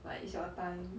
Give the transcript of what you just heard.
like it's your time